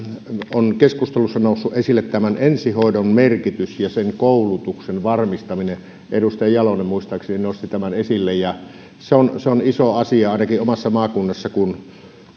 on keskustelussa noussut esille ensihoidon merkitys ja sen koulutuksen varmistaminen muistaakseni edustaja jalonen nosti tämän esille niin se on iso asia ainakin omassa maakunnassani kun